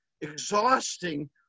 exhausting